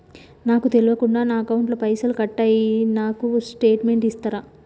నాకు తెల్వకుండా నా అకౌంట్ ల పైసల్ కట్ అయినై నాకు స్టేటుమెంట్ ఇస్తరా?